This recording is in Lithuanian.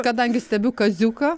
kadangi stebiu kaziuką